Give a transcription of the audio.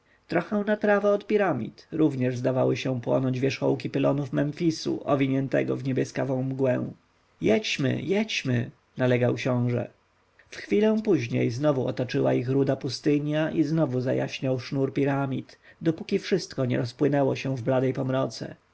trochę na prawo od piramid również zdawały się płonąć wierzchołki pylonów memfisu owiniętego w niebieskawą mgłę jedźmy jedźmy nalegał książę w chwilę później znowu otoczyła ich ruda pustynia i znowu zajaśniał sznur piramid dopóki wszystko nie rozpłynęło się w bladej pomroce